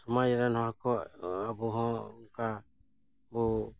ᱥᱚᱢᱟᱡᱽ ᱨᱮᱱ ᱦᱚᱲ ᱠᱚ ᱟᱵᱚ ᱦᱚᱸ ᱚᱝᱠᱟ ᱵᱚ